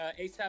ASAP